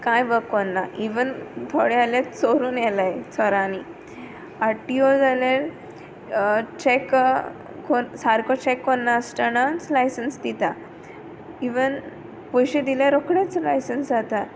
काय वर्क कोन्ना इवन थोडें आहले चोरुन व्हेलेय चोरांनी आर टी ओ जाल्यार चॅक सारको चॅक कोन्ना आसतानाच लायसन्स दिता इवन पोयशें दिल्यार रोकडेंच लायसन्स जाता